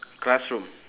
classroom